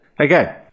Okay